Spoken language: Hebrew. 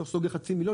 אתה סוגר חצי מיליון,